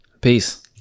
Peace